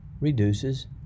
reduces